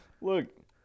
look